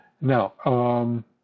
Now